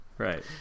Right